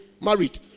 Married